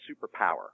superpower